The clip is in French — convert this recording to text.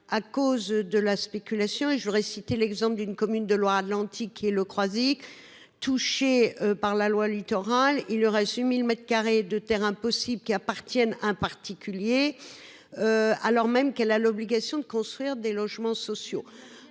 à cause de la spéculation et je voudrais citer l'exemple d'une commune de Loire Atlantique et Le Croisic. Touché par la loi littoral. Il aurait su 1000 m2 de terrain impossibles qui appartiennent un particulier. Alors même qu'elle a l'obligation de construire des logements sociaux.